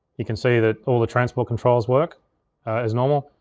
you can see that all the transport controls work as normal.